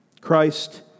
Christ